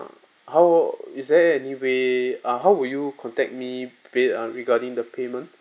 how is there any way err how would you contact me pay err regarding the payment